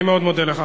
אני מאוד מודה לך.